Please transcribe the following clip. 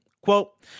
Quote